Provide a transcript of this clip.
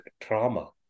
trauma